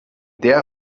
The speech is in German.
der